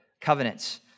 covenants